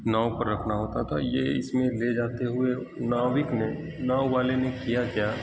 now پر رکھنا ہوتا تھا یہ اس میں لے جاتے ہوئے ناوک نے ناؤ والے نے کیا کیا